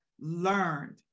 learned